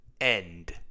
end